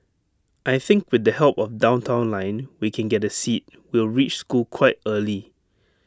I think with the help of downtown line we can get A seat we'll reach school quite early